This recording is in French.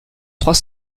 trois